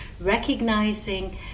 recognizing